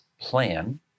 plan